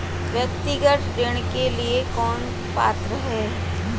व्यक्तिगत ऋण के लिए कौन पात्र है?